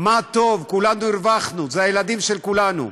מה טוב, כולנו הרווחנו, אלה הילדים של כולנו.